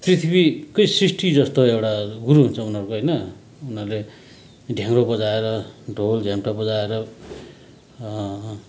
पृथ्वीकै सृष्टि जस्तो एउटा गुरू हुन्छ उनीहरूको होइन उनीहरूले ढ्याङ्ग्रो बजाएर ढोल झ्याम्टा बजाएर